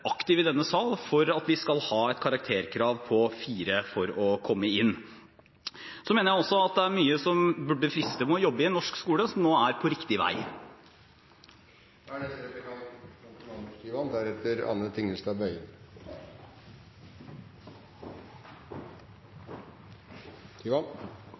aktiv i denne sal for at vi skal ha karakteren 4 som krav for å komme inn. Jeg mener det er mye som burde friste ved å jobbe i norsk skole, som nå er på riktig